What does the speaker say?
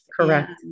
Correct